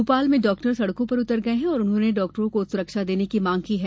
मोपाल में डॉक्टर सड़कों पर उतर गए हैं और उन्होंने डाक्टरों को सुरक्षा देने की मांग की है